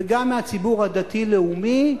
וגם מהציבור הדתי-לאומי: